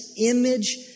image